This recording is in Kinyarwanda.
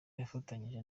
yafatanyije